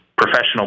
Professional